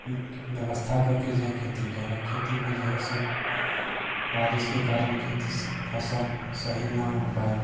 व्यवस्था के कऽ जे है खेती केलक खेतीमे जे है से बारिशके कारण खेती फसल सही न उग पायल